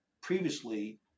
previously